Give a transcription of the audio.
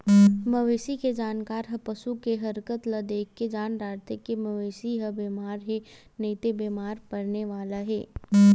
मवेशी के जानकार ह पसू के हरकत ल देखके जान डारथे के मवेशी ह बेमार हे नइते बेमार परने वाला हे